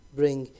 bring